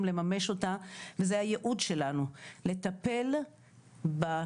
לממש אותה וזה הייעוד שלנו לטפל בנפגעים,